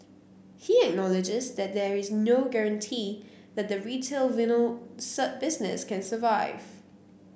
he acknowledges that there is no guarantee that the retail vinyl business can survive